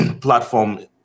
platform